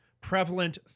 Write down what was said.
prevalent